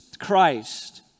Christ